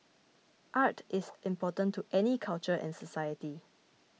art is important to any culture and society